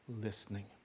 listening